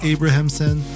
Abrahamson